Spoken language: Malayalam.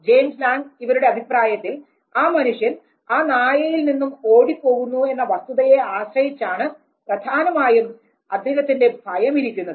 ജെയിംസ് ലാംങ് ഇവരുടെ അഭിപ്രായത്തിൽ ആ മനുഷ്യൻ ആ നായയിൽ നിന്നും ഓടി പോകുന്നു എന്ന വസ്തുതയെ ആശ്രയിച്ചാണ് പ്രധാനമായും അദ്ദേഹത്തിൻറെ ഭയം ഇരിക്കുന്നത്